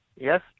Yes